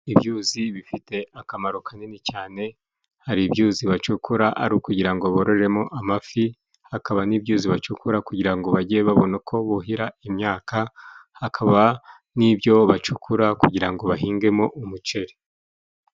Ibyuzi bifite akamaro kanini cyane, hari ibyuzi bacukura ari ukugira ngo bororeremo amafi, hakaba n'ibyuzi bacukura kugira ngo bajye babona uko buhira imyaka, hakaba n'ibyo bacukura kugira ngo bahingemo umuceri.